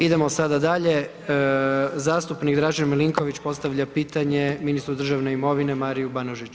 Idemo sada dalje, zastupnik Dražen Milinković postavlja pitanje ministru državne imovine Mariu Banožiću.